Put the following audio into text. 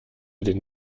den